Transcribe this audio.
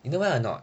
you know why or not